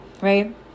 right